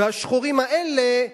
והשחורים האלה,